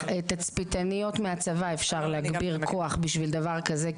תצפיתניות מהצבא יכולות להגביר כוח בשביל דבר כזה,